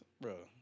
Bro